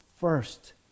first